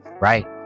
right